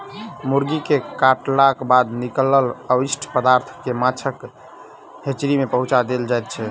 मुर्गी के काटलाक बाद निकलल अवशिष्ट पदार्थ के माछक हेचरी मे पहुँचा देल जाइत छै